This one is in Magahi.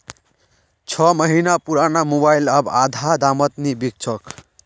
छो महीना पुराना मोबाइल अब आधा दामत नी बिक छोक